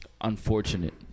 unfortunate